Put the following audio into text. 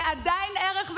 זה עדיין ערך ושליחות,